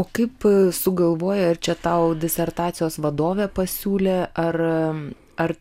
o kaip sugalvojai ar čia tau disertacijos vadovė pasiūlė ar ar